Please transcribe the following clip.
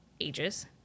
ages